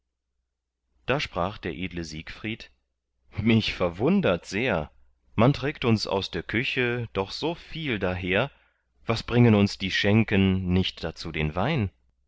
da sprach der edle siegfried mich verwundert sehr man trägt uns aus der küche doch so viel daher was bringen uns die schenken nicht dazu den wein